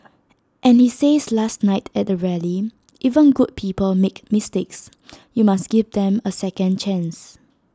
and he says last night at the rally even good people make mistakes you must give them A second chance